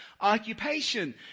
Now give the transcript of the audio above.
occupation